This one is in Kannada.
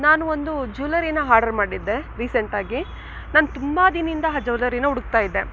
ನಾನು ಒಂದು ಜುವ್ಲೆರಿನ ಆರ್ಡರ್ ಮಾಡಿದ್ದೆ ರೀಸೆಂಟಾಗಿ ನಾನು ತುಂಬ ದಿನಿಂದ್ ಆ ಜುವ್ಲೆರಿನ ಹುಡಕ್ತಾಯಿದ್ದೆ